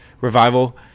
revival